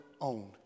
own